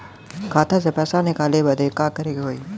खाता से पैसा निकाले बदे का करे के होई?